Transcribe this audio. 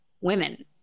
women